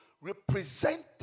representing